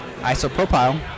isopropyl